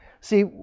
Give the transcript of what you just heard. See